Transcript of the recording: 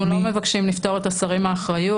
אנחנו לא מבקשים לפטור את השרים מאחריות.